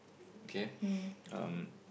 K um